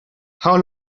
how